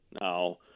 Now